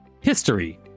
History